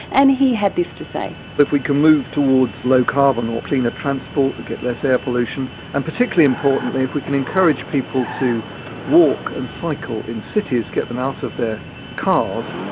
and he had this to say. if we can move towards low-carbon or cleaner transport we get less air pollution, and particularly importantly, if we can encourage people to walk and cycle in cities, get them out of their cars,